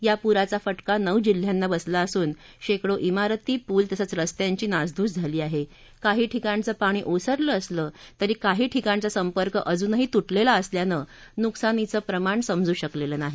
या पुराचा फटका नऊ जिल्ह्यांना बसला असून शक्किंडो इमारती पूल तसंच रस्त्यांची नासधूस झाली आहा काही ठिकाणचं पाणी ओसरलं असलं तरी काही ठिकाणचा संपर्क अजूनही तुटलघ्ये असल्यानं नुकसानीचं प्रमाण समजलखिनाही